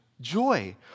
joy